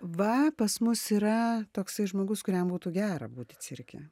va pas mus yra toksai žmogus kuriam būtų gera būti cirke